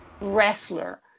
wrestler